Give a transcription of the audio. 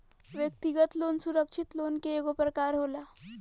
व्यक्तिगत लोन सुरक्षित लोन के एगो प्रकार होला